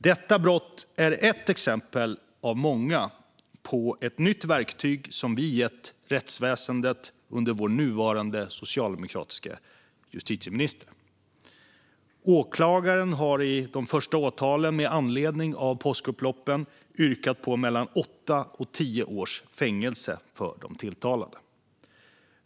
Detta brott är ett exempel av många på nya verktyg som vi har gett rättsväsendet under vår nuvarande socialdemokratiske justitieminister. Åklagaren har i de första åtalen med anledning av påskupploppen yrkat på mellan åtta och tio års fängelse för de tilltalade.